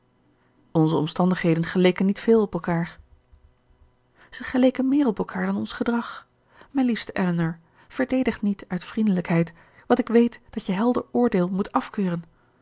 onze omstandigheden geleken niet veel op elkaar ze geleken meer op elkaar dan ons gedrag mijn liefste elinor verdedig niet uit vriendelijkheid wat ik weet dat je helder oordeel moet afkeuren